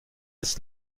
ist